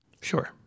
Sure